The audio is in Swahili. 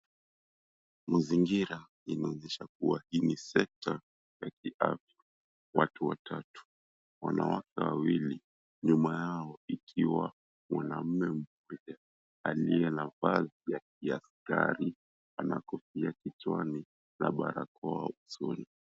Mazingira inaonyesha kuwa hii ni sekta ya kiafya. Watu watatu, wanawake wawili nyuma yao ikiwa mwanaume mmoja aliye na vazi ya kiaskari. Ana kofia kichwani na barakoa usoni.